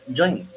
join